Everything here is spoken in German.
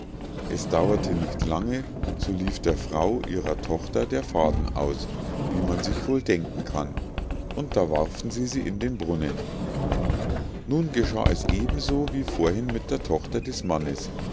es dauerte nicht lange so lief der frau ihrer tochter der faden aus wie man sich wohl denken kann und da warfen sie sie in den brunnen nun geschah es eben so wie vorhin mit der tochter des mannes